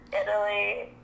Italy